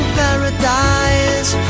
paradise